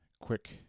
quick